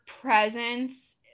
presence